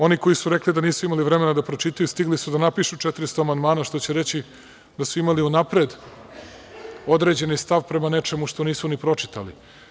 Oni koji su rekli da nisu imali vremena da pročitaju, stigli su da napišu 400 amandmana, što će reći da su imali unapred određeni stav prema nečemu što nisu ni pročitali.